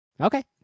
Okay